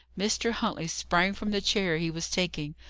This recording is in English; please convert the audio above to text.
mr. huntley sprang from the chair he was taking.